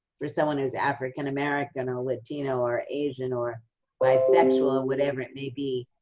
for someone who's african-american or latino or asian or bisexual, whatever it may be,